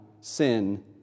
sin